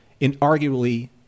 inarguably